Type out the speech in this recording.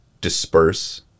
disperse